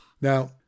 Now